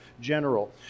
general